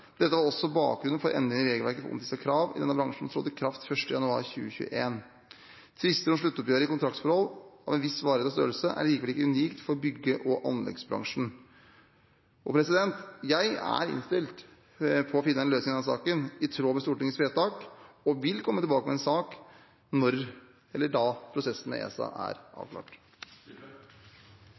Dette var også bakgrunnen for endringene i regelverket for omtvistede krav i denne bransjen, som trådte i kraft 1. januar 2021. Tvister om sluttoppgjøret i kontraktsforhold av en viss varighet og størrelse er likevel ikke unikt for bygge- og anleggsbransjen. Jeg er innstilt på å finne en løsning i denne saken i tråd med Stortingets vedtak og vil komme tilbake med en sak når prosessen med ESA er avklart.